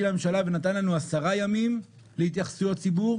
לממשלה ונתן לנו עשרה ימים להתייחסויות הציבור.